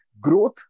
growth